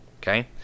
Okay